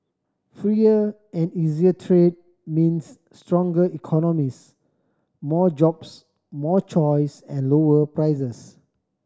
freer and easier trade means stronger economies more jobs more choice and lower prices